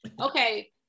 Okay